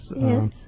Yes